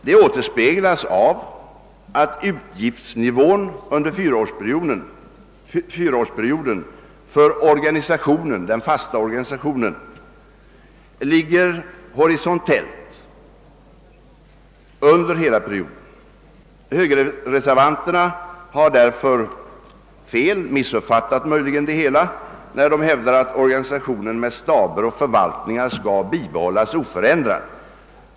Detta återspeg las av att utgiftsnivån under fyraårsperioden för den fasta organisationen ligger horisontellt under hela perioden. Högerreservanterna har därför fel — de har möjligen missuppfattat det hela — när de hävdar att organisationen med staber och förvaltningar skall bibehållas oförändrad.